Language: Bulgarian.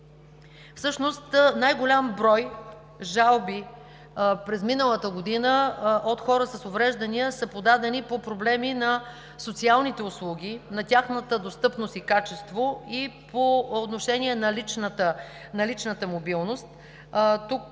Всъщност най-голям брой жалби от хора с увреждания през миналата година са подадени по проблеми на социалните услуги, на тяхната достъпност и качество, и по отношение на личната мобилност. Тук